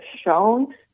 shown